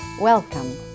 Welcome